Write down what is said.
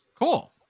Cool